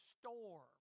storm